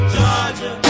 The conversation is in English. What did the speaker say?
Georgia